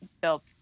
built